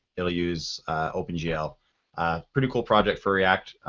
it'll use opengl. pretty cool project for react.